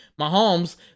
Mahomes